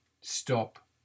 stop